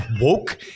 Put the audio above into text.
woke